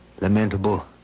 Lamentable